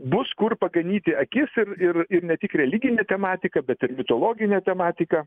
bus kur paganyti akis ir ir ne tik religine tematika bet ir mitologine tematika